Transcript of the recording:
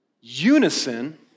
unison